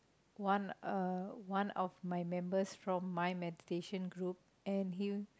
one uh one of my members from my meditation group and he